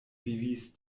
vivis